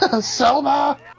Selma